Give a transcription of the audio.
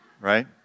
right